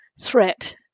threat